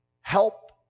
help